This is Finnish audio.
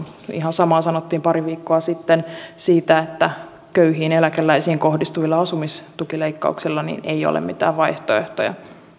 ihan samaa sanottiin pari viikkoa sitten siitä että köyhiin eläkeläisiin kohdistuville asumistukileikkauksille ei ole mitään vaihtoehtoja